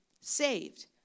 saved